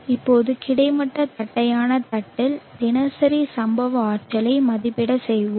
இப்போது கிடைமட்ட தட்டையான தட்டில் தினசரி சம்பவ ஆற்றலை மதிப்பீடு செய்வோம்